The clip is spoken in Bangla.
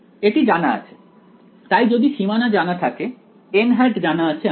এটি জানা আছে তাই যদি সীমানা জানা থাকে জানা আছে আমার